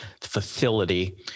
facility